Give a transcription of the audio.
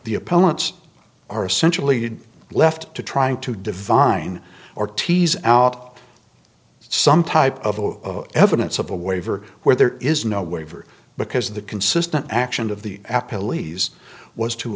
the opponents are essentially left to try to divine or tease out some type of evidence of a waiver where there is no waiver because the consistent action of the